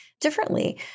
differently